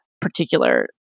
particular